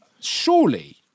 surely